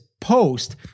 Post